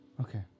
Okay